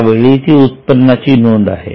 यावेळी ती उत्पन्नाची नोंद आहे